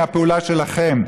מהפעולה שלכם,